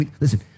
listen